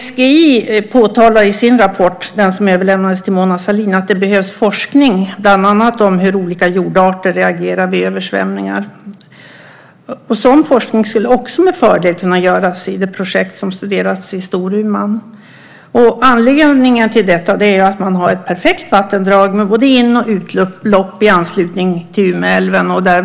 SGI påtalar i sin rapport, den som överlämnades till Mona Sahlin, att det behövs forskning bland annat om hur olika jordarter reagerar vid översvämningar. Sådan forskning skulle också med fördel kunna bedrivas i det projekt som studerats i Storuman. Anledningen är att man har ett perfekt vattendrag med både in och utlopp i anslutning till Umeälven.